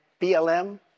BLM